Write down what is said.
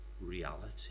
reality